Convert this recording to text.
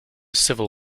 civil